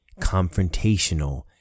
confrontational